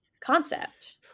concept